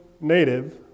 native